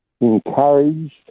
encouraged